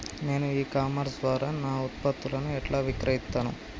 నేను e commerce ద్వారా నా ఉత్పత్తులను ఎట్లా విక్రయిత్తను?